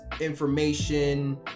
information